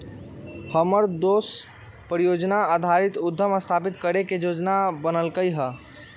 हमर दोस परिजोजना आधारित उद्यम स्थापित करे के जोजना बनलकै ह